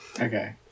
Okay